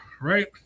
right